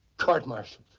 court-martial!